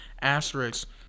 asterisks